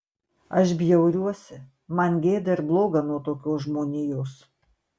aš bjauriuosi man gėda ir bloga nuo tokios žmonijos